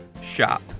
shop